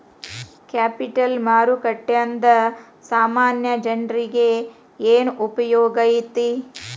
Capital ಮಾರುಕಟ್ಟೇಂದಾ ಸಾಮಾನ್ಯ ಜನ್ರೇಗೆ ಏನ್ ಉಪ್ಯೊಗಾಕ್ಕೇತಿ?